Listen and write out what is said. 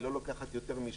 היא לא לוקחת יותר משעות,